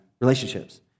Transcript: relationships